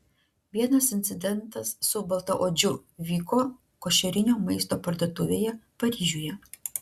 vienas incidentas su baltaodžiu vyko košerinio maisto parduotuvėje paryžiuje